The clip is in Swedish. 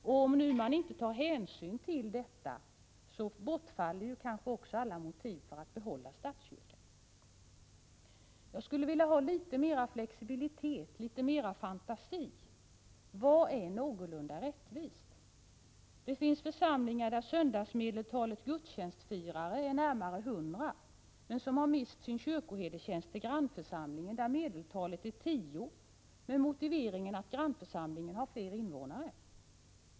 Om man inte tar hänsyn till detta, bortfaller kanske också alla motiv för att behålla statskyrkan. Jag skulle önska litet mer flexibilitet, litet mer fantasi. Vad är någorlunda rättvist? Det finns församlingar där söndagsmedeltalet gudstjänstfirare är närmare 100 men som har mist sin kyrkoherdetjänst till grannförsamlingen, där medeltalet är 10, med motiveringen att grannförsamlingen har fler invånare.